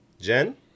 Jen